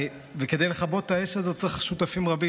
וכדי לכבות את האש הזאת צריך שותפים רבים,